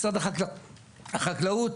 משרד החקלאות,